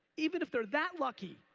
even if they're that lucky,